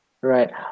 Right